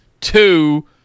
Two